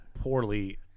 poorly